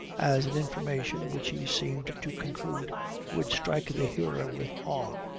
as an information which he seemed to conclude would strike the hearer with awe,